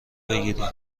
بگیری